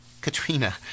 Katrina